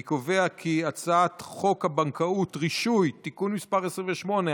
אני קובע כי הצעת חוק הבנקאות (רישוי) (תיקון מס' 28),